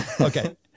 okay